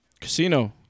Casino